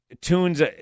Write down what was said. tunes